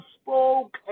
spoke